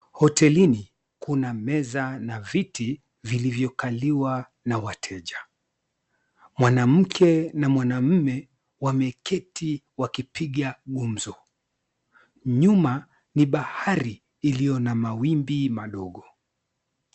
Hotelini, kuna meza na viti vilivyokaliwa na wateja. Mwanamke na mwanamume, wameketi wakipiga gumzo. Nyuma ni bahari iliyo na mawimbi madogo.